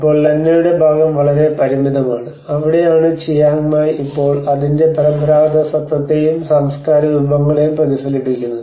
ഇപ്പോൾ ലന്നയുടെ ഭാഗം വളരെ പരിമിതമാണ് അവിടെയാണ് ചിയാങ് മായ് ഇപ്പോഴും അതിന്റെ പരമ്പരാഗത സ്വത്വത്തെയും സാംസ്കാരിക വിഭവങ്ങളെയും പ്രതിഫലിപ്പിക്കുന്നത്